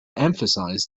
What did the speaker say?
emphasize